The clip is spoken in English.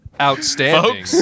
Outstanding